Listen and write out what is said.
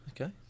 Okay